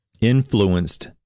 influenced